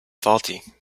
faulty